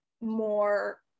more